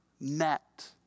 met